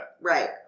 Right